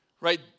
right